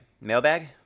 Mailbag